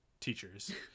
teachers